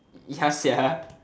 ya sia